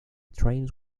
trains